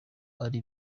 ari